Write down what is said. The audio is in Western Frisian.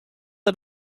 der